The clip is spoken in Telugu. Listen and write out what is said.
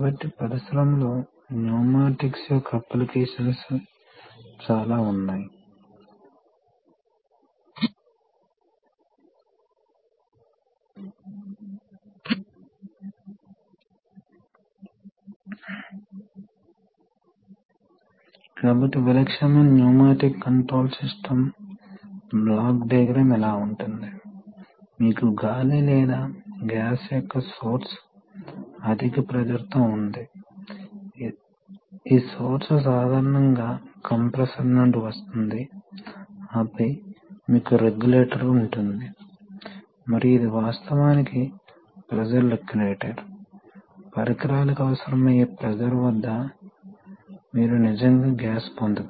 కానీ ఈ స్థాయిలో ఇది స్థిరంగా ఉంటుంది మీరు ఇక్కడ ప్రెషర్ డ్రాప్ను పెంచుకుంటే ఇక్కడ ప్రెషర్ పడిపోతుంది కాబట్టి ఈ విధంగా ప్రెషర్ సర్దుబాటు చేయబోతోంది అక్కడే ఉంటుంది ఒక నిర్దిష్ట ప్రవాహం జరుగుతుంది ఎప్పుడు ఈ రెండింటి మధ్య ప్రెషర్ వ్యత్యాసం ఏమిటి ఇది సమతుల్యతలో ఎందుకు ఉంది ఎందుకంటే ఇక్కడ పైకి ప్రెషర్ ఉంది ఇక్కడ క్రిందికి ప్రెషర్ ఉంది మరియు ఒక స్ప్రింగ్ ఫోర్స్ ఉంది ఇది క్రిందికి ఉంది కాబట్టి ఏదైనా స్థిరమైన స్థితిలో ఈ ప్రెషర్ మరియు ఈ ప్రెషర్ మధ్య వ్యత్యాసం ఎల్లప్పుడూ స్ప్రింగ్